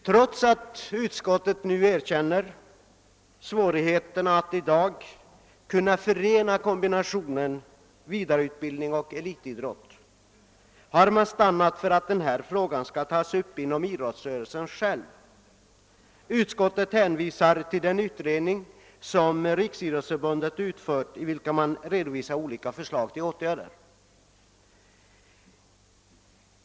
Trots att utskottet nu erkänner svårigheterna att i dag förena vidareutbildning med elitidrott har man stannat för att denna fråga skall tas upp inom idrottsrörelsen själv. Utskottet hänvisar till den utredning som Riksidrottsförbundet utfört och vari redovisas olika förslag till åtgärder.